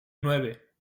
nueve